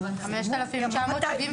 מיכל בבקשה תמשיכי.